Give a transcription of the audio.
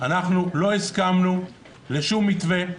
אנחנו לא הסכמנו לשום מתווה.